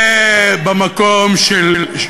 אני מקשיב לך.